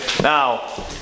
Now